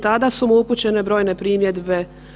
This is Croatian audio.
Tada su mu upućene brojne primjedbe.